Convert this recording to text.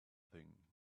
thing